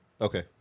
Okay